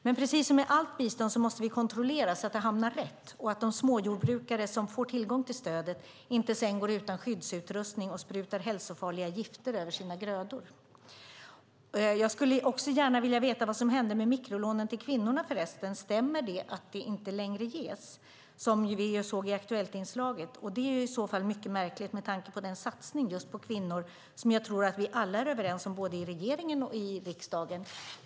Men precis som med allt bistånd måste vi kontrollera att det hamnar rätt och att de småjordbrukare som får tillgång till stödet inte sedan går utan skyddsutrustning och sprutar hälsofarliga gifter över sina grödor. Jag skulle förresten gärna vilja veta vad som hände med mikrolånen till kvinnorna. Stämmer det att de inte längre ges, som vi såg i Aktuellt inslaget? Det är i så fall mycket märkligt med tanke på den satsning på kvinnor som jag tror att vi alla är överens om i både regeringen och riksdagen.